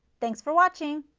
thanks for watching.